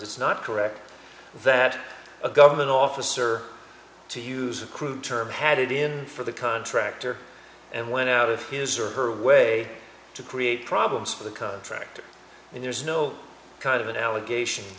it's not correct that a government officer to use a crude term had it in for the contractor and went out of his or her way to create problems for the contractor and there's no kind of an allegation